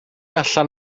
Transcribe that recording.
allan